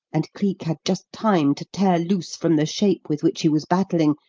and cleek had just time to tear loose from the shape with which he was battling,